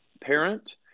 parent